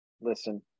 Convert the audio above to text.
listen